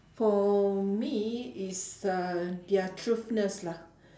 for me is uh their truthness lah